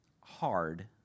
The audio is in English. hard